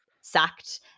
sacked